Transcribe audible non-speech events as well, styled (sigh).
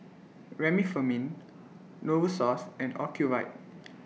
Remifemin Novosource and Ocuvite (noise)